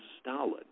Stalin